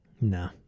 No